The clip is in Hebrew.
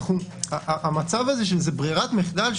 המצב שזה ברירת מחדל,